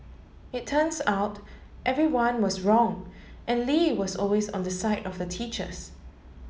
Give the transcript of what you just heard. it turns out everyone was wrong and Lee was always on the side of the teachers